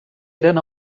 eren